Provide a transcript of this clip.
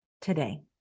today